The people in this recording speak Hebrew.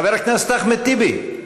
חבר הכנסת אחמד טיבי,